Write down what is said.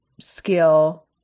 skill